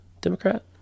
Democrat